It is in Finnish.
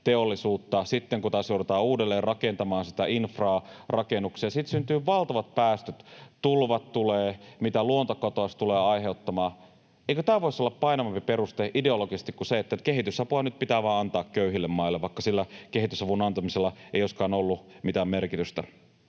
sitten, kun taas joudutaan uudelleen rakentamaan sitä infraa, rakennuksia, siitä syntyy valtavat päästöt, tulvat tulevat, ja mitä luontokatoa se tulee aiheuttamaan. Eikö tämä voisi olla painavampi peruste ideologisesti kuin se, että kehitysapua nyt vaan pitää antaa köyhille maille, vaikka sillä kehitysavun antamisella ei olisikaan ollut mitään merkitystä?